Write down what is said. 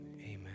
amen